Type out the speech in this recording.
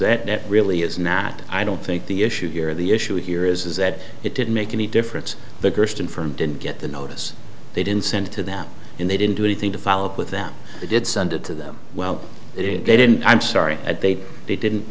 is that really is not i don't think the issue here the issue here is that it didn't make any difference the gersten from didn't get the notice they didn't send it to them and they didn't do anything to follow up with them they did send it to them well they didn't i'm sorry that they didn't